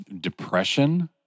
depression